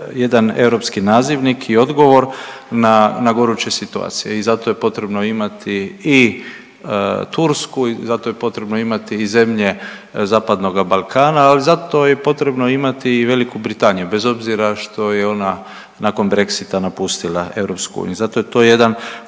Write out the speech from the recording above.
jedan europski nazivnik i odgovor na goruće situacije i zato je potrebno imati i Tursku i zato je potrebno imati i zemlje zapadnoga Balkana, ali zato je potrebno imati i VB, bez obzira što je ona nakon Brexita napustila EU, zato je to jedan